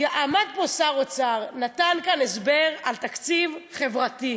עמד פה שר אוצר, נתן כאן הסבר על תקציב חברתי.